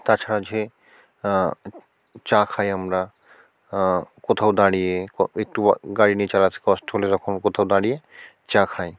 তাছাড়া যে চা খাই আমরা কোথাও দাঁড়িয়ে একটু গাড়ি নিয়ে চালাতে কষ্ট হলে তখন কোথাও দাঁড়িয়ে চা খাই